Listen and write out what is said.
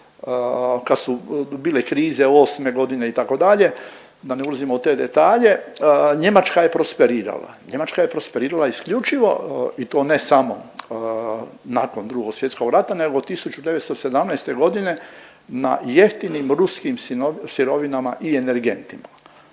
kad su bile krize 8 godine itd. da ne ulazimo u te detalje, Njemačka je prosperirala. Njemačka je prosperirala isključivo i to ne samo nakon Drugog svjetskog rata nego 1917. godine na jeftinim ruskim sirovinama i energentima